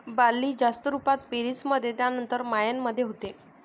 barley जास्त रुपात पेरीस मध्ये त्यानंतर मायेन मध्ये होते